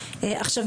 עכשיו,